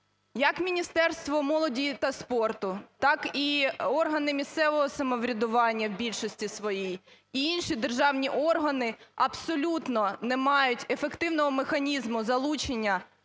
як Міністерство молоді та спорту, так і органи місцевого самоврядування в більшості своїй і інші державні органи абсолютно не мають ефективного механізму залучення